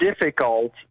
difficult